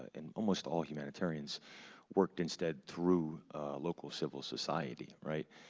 and almost all humanitarians worked instead through local civil society,